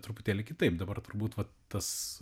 truputėlį kitaip dabar turbūt vat tas